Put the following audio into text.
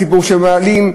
ציבור שמעלים,